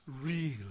real